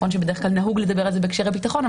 נכון שבדרך כלל נהוג לדבר על זה בהקשרי ביטחון,